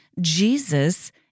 Jesus